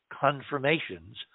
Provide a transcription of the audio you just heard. confirmations